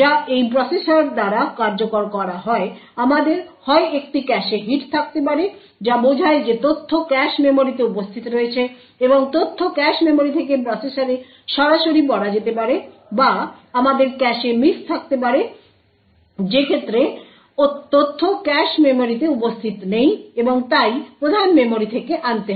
যা এই প্রসেসর দ্বারা কার্যকর হয় আমাদের হয় একটি ক্যাশে হিট থাকতে পারে যা বোঝায় যে তথ্য ক্যাশ মেমরিতে উপস্থিত রয়েছে এবং তথ্য ক্যাশ মেমরি থেকে প্রসেসরে সরাসরি পড়া যেতে পারে বা আমাদের ক্যাশে মিস থাকতে পারে যে ক্ষেত্রে তথ্য ক্যাশ মেমরিতে উপস্থিত নেই এবং তাই প্রধান মেমরি থেকে আনতে হবে